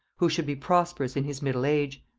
who should be prosperous in his middle age.